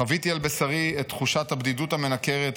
חוויתי על בשרי את תחושת הבדידות המנקרת,